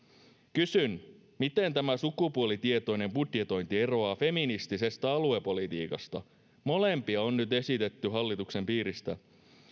kysyn miten tämä sukupuolitietoinen budjetointi eroaa feministisestä aluepolitiikasta molempia on nyt esitetty hallituksen piiristä